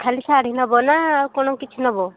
ଖାଲି ଶାଢ଼ୀ ନବ ନା ଆଉ କ'ଣ କିଛି ନବ